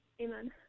amen